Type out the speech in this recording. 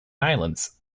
islands